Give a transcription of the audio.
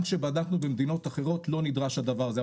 גם שבדקנו במדינות אחרות לא נדרש הדבר הזה,